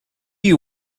you